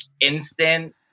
instant